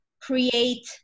create